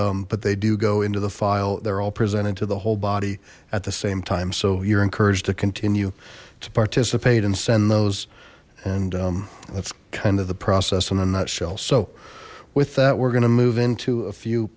and but they do go into the file they're all presented to the whole body at the same time so you're encouraged to continue to participate and send those and that's kind of the process in a nutshell so with that we're going to move into a few